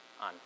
on